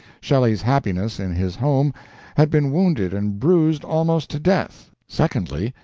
shelley's happiness in his home had been wounded and bruised almost to death, secondly,